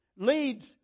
Leads